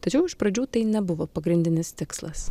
tačiau iš pradžių tai nebuvo pagrindinis tikslas